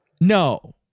No